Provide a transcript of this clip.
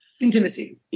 Intimacy